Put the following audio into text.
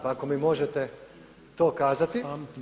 Pa ako mi možete to kazati.